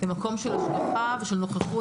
ממקום של השגחה ושל נוכחות,